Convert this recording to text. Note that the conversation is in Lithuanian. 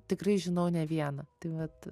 tikrai žinau ne vieną tai vat